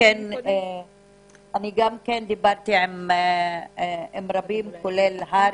אני דיברתי עם רבים כולל הר"י.